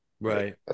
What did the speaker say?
Right